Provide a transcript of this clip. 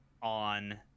on